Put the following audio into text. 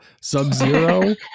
Sub-Zero